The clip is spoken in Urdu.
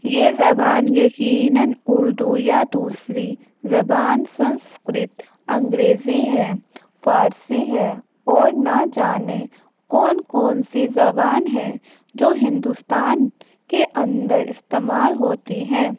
یہ زبان یقیناََ اردو یا دوسری زبان سنسکرت انگریزی ہے فارسی ہے اور نہ جانے کون کون سی زبان ہیں جو ہندوستان کے اندر استعمال ہوتی ہیں